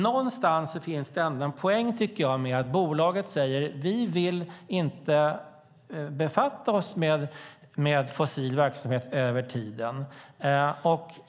Någonstans finns det en poäng med att bolaget säger att man inte vill befatta sig med fossil verksamhet över tiden.